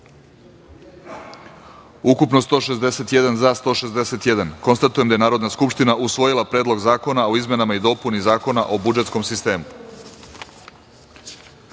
poslanika. Konstatujem da je Narodna skupština usvojila Predlog zakona o izmenama i dopuni Zakona o budžetskom sistemu. Treća